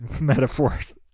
metaphors